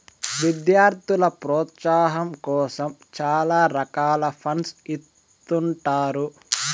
విద్యార్థుల ప్రోత్సాహాం కోసం చాలా రకాల ఫండ్స్ ఇత్తుంటారు